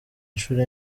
inshuro